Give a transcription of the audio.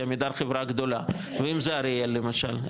כי עמידר חברה גדולה ואם זה אריאל למשל,